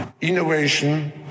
innovation